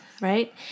Right